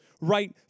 right